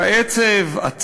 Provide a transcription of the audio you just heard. העצב, הצער,